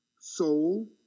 soul